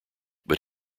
but